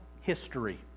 history